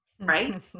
right